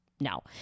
no